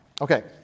Okay